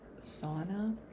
sauna